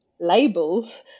labels